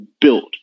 built